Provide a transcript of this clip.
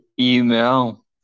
email